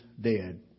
dead